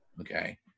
Okay